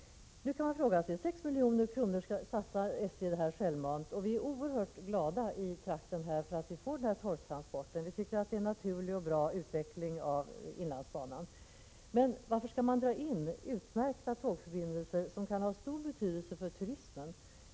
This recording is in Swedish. Nu satsar SJ självmant 6 milj.kr., och vi är i trakten oerhört glada över att vi får denna torvtransport. Vi tycker att det är en naturlig och bra utveckling av inlandsbanan. Men varför skall man dra in utmärkta tågförbindelser som kan ha stor betydelse för turismen?